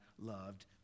loved